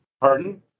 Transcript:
Pardon